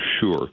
sure